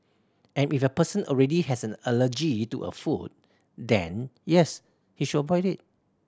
and if a person already has an allergy to a food then yes he should avoid it